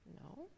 No